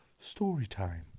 Storytime